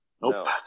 Nope